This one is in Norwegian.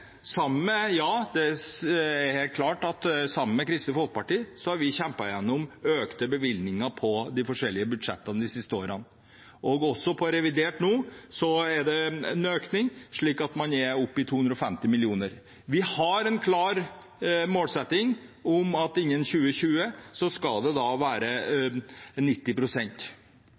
sammen med Kristelig Folkeparti – ja, det er helt klart – kjempet igjennom økte bevilgninger på de forskjellige budsjettene de siste årene. Nå i revidert er det også en økning, slik at man er oppe i 250 mill. kr. Vi har en klar målsetting om at innen 2020 skal det være